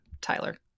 Tyler